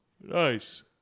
Nice